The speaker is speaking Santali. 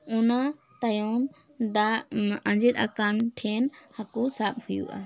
ᱚᱱᱟ ᱛᱟᱭᱚᱢ ᱫᱟᱜ ᱟᱸᱡᱮᱫ ᱟᱠᱟᱱ ᱴᱷᱮᱱ ᱦᱟᱹᱠᱩ ᱥᱟᱵ ᱦᱩᱭᱩᱜᱼᱟ